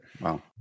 Wow